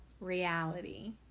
reality